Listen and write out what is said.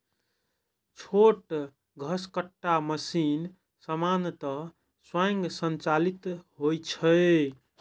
छोट घसकट्टा मशीन सामान्यतः स्वयं संचालित होइ छै